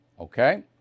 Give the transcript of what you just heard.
Okay